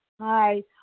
Hi